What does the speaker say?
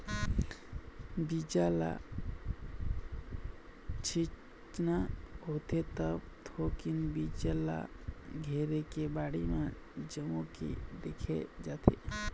बीजा ल छिचना होथे त थोकिन बीजा ल घरे के बाड़ी म जमो के देखे जाथे